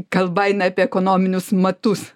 kalba eina apie ekonominius matus